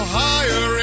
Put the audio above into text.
higher